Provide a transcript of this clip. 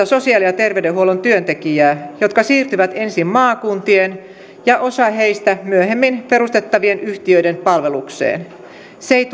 sosiaali ja terveydenhuollon työntekijää jotka siirtyvät ensin maakuntien ja osa heistä myöhemmin perustettavien yhtiöiden palvelukseen se ei